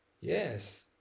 Yes